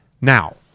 Now